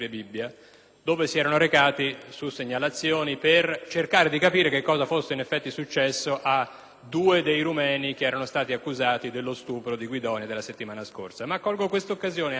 dove si erano recati a seguito di segnalazioni per cercare di capire cosa fosse in effetti successo a due dei romeni accusati dello stupro di Guidonia della settimana scorsa.